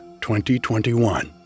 2021